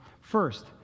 First